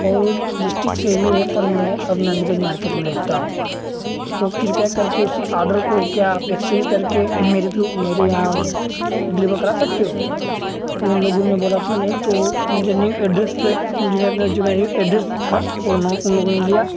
और district same ही है पर मैं अब नंदगंज मार्केट में रहता हूँ तो कृपया करके उसी ऑर्डर को क्या आप एक्सचेंज कर के मेरे थ्रू मेरे यहाँ डिलीवर करा सकते हो तो उन लोगों ने बोला क्यों नहीं तो मेरे न्यू एड्रेस पर जो मेरा ही एड्रेस था उन लोग उन लोगो ने लिया